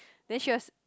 then she was